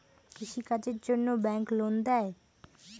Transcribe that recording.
কৃষি কাজের জন্যে ব্যাংক লোন দেয়?